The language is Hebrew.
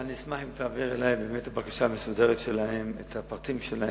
אני אשמח אם תעביר אלי את הבקשה המסודרת שלהם ואת הפרטים שלהם.